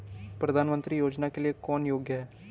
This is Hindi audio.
प्रधानमंत्री योजना के लिए कौन योग्य है?